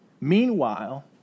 Meanwhile